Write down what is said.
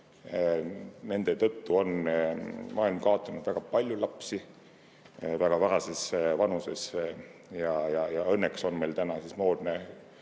Nende tõttu on maailm kaotanud väga palju lapsi väga varases vanuses. Õnneks on meil täna moodne,